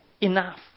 enough